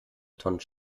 tonnen